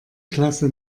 klasse